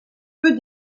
peu